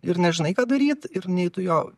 ir nežinai ką daryt ir nei tu jo